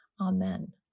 Amen